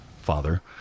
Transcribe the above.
father